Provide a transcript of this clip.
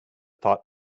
thought